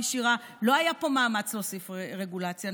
ישירה: לא היה פה מאמץ להוסיף רגולציה.